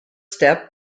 step